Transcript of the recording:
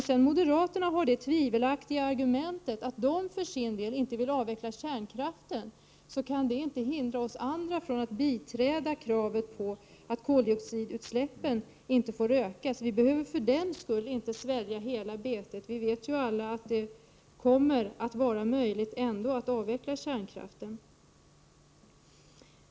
Även om moderaterna kommer med det tvivelaktiga argumentet att de för sin del inte vill avveckla kärnkraften behöver inte vi andra känna oss hindrade att biträda kravet på att koldioxidutsläppen inte får bli större. För den skull behöver vi alltså inte svälja hela betet. Vi vet ju alla att det ändå kommer att vara möjligt att avveckla kärnkraften.